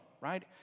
Right